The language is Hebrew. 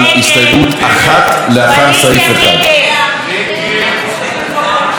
סעיד אלחרומי וניבין אבו רחמון,